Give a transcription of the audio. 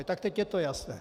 Tak teď je to jasné.